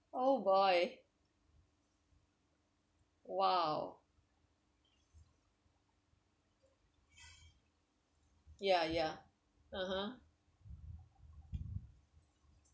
oh boy !wow! yeah yeah (uh huh)